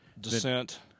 Descent